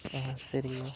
சரிங்கண்ணா